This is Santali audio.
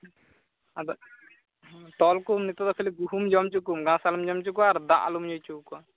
ᱟᱫᱚ ᱛᱚᱞ ᱠᱚᱢ ᱱᱤᱛᱚᱜ ᱫᱚ ᱠᱷᱟᱹᱞᱤ ᱜᱩᱦᱩᱢ ᱡᱚᱢ ᱦᱚᱪᱚ ᱠᱚᱢ ᱜᱷᱟᱥ ᱟᱞᱚᱢ ᱡᱚᱢ ᱦᱚᱪᱚ ᱠᱚᱣᱟ ᱟᱨ ᱫᱟᱜ ᱟᱞᱚᱢ ᱧᱩ ᱦᱚᱪᱚ ᱠᱚᱣᱟ